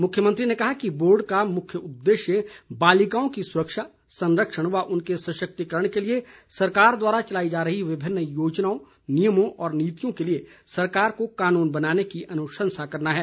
मुख्यमंत्री ने कहा कि बोर्ड का मुख्य उद्देश्य बालिकाओं की सुरक्षा संरक्षण व उनके सशक्तिकरण के लिए सरकार द्वारा चलाई जा रही विभिन्न नियमों योजनाओं और नीतियों के लिए सरकार को कानून बनाने की अनुसंशा करना है